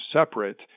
separate